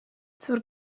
zur